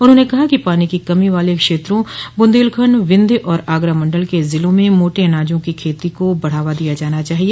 उन्होंने कहा कि पानी की कमी वाले क्षेत्रों बुन्देलखंड विन्ध्य और आगरा मंडल के जिलों में मोटे अनाजों की खेती को बढ़ावा दिया जाना चाहिए